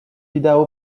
idaho